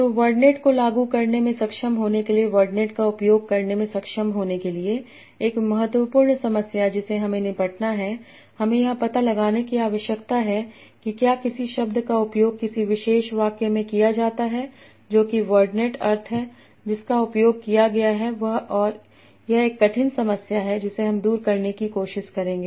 तो वर्डनेट को लागू करने में सक्षम होने के लिए वर्डनेट का उपयोग करने में सक्षम होने के लिए एक महत्वपूर्ण समस्या जिसे हमें निपटना है हमें यह पता लगाने की आवश्यकता है कि क्या किसी शब्द का उपयोग किसी विशेष वाक्य में किया जाता है जो कि वर्डनेट अर्थ है जिसका उपयोग किया गया है वह और यह एक कठिन समस्या है जिसे हम दूर करने की कोशिश करेंगे